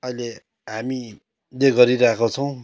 अहिले हामीले गरिरहेको छौँ